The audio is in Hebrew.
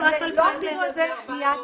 יש לך רק 2,000. וגם למה הגבלתם לארבעה הריונות?